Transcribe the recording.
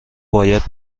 باید